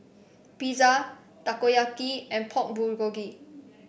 Pizza Takoyaki and Pork Bulgogi